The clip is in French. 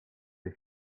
les